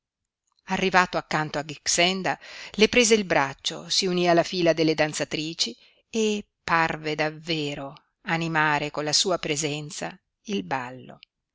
arrivato accanto a grixenda le prese il braccio si uní alla fila delle danzatrici e parve davvero animare con la sua presenza il ballo